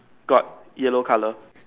got yellow colour